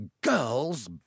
girl's